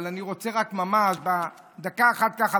אבל אני רוצה רק ממש בדקה אחת ככה,